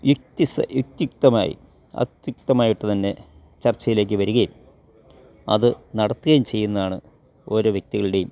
എക്തിസ് എക്തിത്വമായി അക്ത്യുത്വമായിട്ട് തന്നെ ചർച്ചയിലേക്ക് വരുകയും അത് നടത്തയും ചെയ്യുന്നതാണ് ഓരോ വ്യക്തികൾടേം